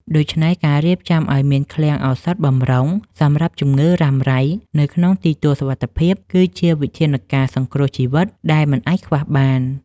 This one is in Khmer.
ដូច្នេះ ការរៀបចំឱ្យមានឃ្លាំងឱសថបម្រុងសម្រាប់ជំងឺរ៉ាំរ៉ៃនៅក្នុងទីទួលសុវត្ថិភាព គឺជាវិធានការសង្គ្រោះជីវិតដែលមិនអាចខ្វះបាន។